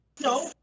No